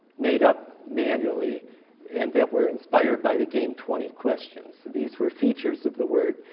made up manually and that were inspired by the game twenty questions. these were features of the word,